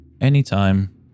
Anytime